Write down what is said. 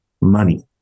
money